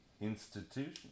institution